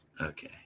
Okay